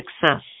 success